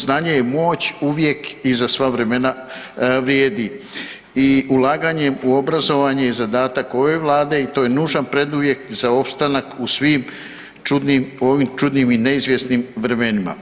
Znanje je moć, uvijek i za sva vremena vrijedi i ulaganjem u obrazovanje je zadatak ove Vlade i to je nužan preduvjet za opstanak u svim ovim čudnim i neizvjesnim vremenima.